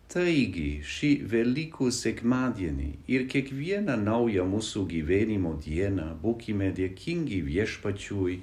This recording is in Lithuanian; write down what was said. taigi šį velykų sekmadienį ir kiekvieną naują mūsų gyvenimo dieną būkime dėkingi viešpačiui